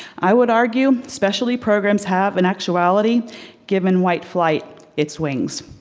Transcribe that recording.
i would argue especially programs have in actuality given white flight its wings.